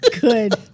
Good